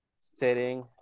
sitting